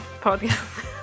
podcast